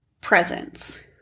presence